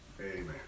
Amen